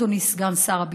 אדוני סגן שר הביטחון,